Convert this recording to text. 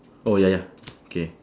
oh ya ya okay